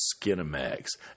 Skinemax